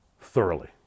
thoroughly